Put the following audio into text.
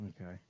Okay